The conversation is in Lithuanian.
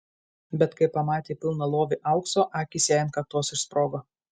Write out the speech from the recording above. bet kai pamatė pilną lovį aukso akys jai ant kaktos išsprogo